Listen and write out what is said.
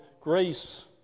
grace